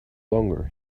longer